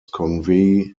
convey